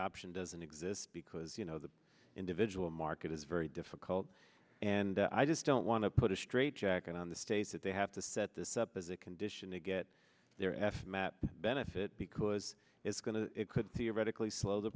option doesn't exist because you know the individual market is very difficult and i just don't want to put a straitjacket on the states that they have to set this up as a condition to get their f map benefit because it's going to it could theoretically slow the